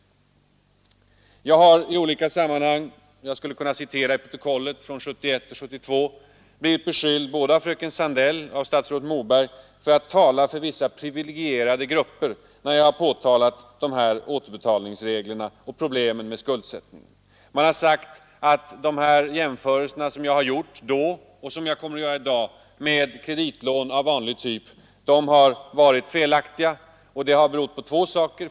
Jag har i olika sammanhang — jag skulle kunna citera ur protokollen från 1971 och 1972 — blivit beskylld både av fröken Sandell och av statsrådet Moberg för att tala för vissa privilegierade grupper när jag har påtalat problemen med de här återbetalningsreglerna och med skuldsättningen. Det har sagts att jämförelserna — som jag har gjort tidigare och kommer att göra i dag — mellan studiemedlen och vanliga kreditlån har varit felaktiga och att det berott på två saker.